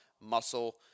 muscle